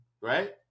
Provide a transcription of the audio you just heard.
right